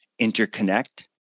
interconnect